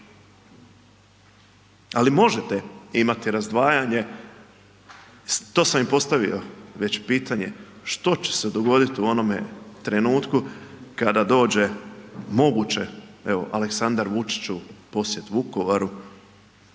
Ali možete imati razdvajanje, to sam i postavio već pitanje, što će se dogoditi u onome trenutku kada dođe moguće evo Aleksandar Vučić u posjet Vukovaru